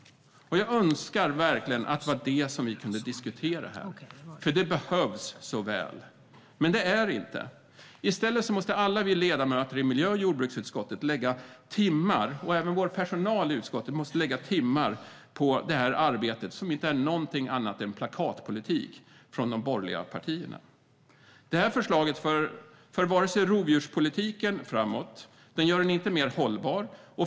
Jag önskar verkligen att det var det som vi kunde diskutera här, för det behövs så väl. Men det är det inte. I stället måste alla vi ledamöter och även personalen i miljö och jordbruksutskottet lägga timmar på det här arbetet, som inte är någonting annat än plakatpolitik från de borgerliga partierna. Det här förslaget för varken rovdjurspolitiken framåt eller gör den mer hållbar.